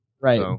right